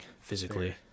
physically